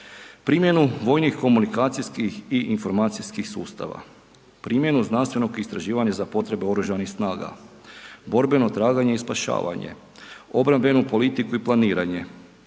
primjenu vojnih komunikacijskih i informacijskih sustava, primjenu znanstvenog istraživanja za potrebe oružanih snaga, borbeno traganje i spašavanje, obrambenu politiku i planiranje,